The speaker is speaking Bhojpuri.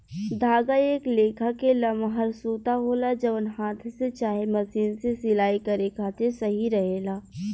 धागा एक लेखा के लमहर सूता होला जवन हाथ से चाहे मशीन से सिलाई करे खातिर सही रहेला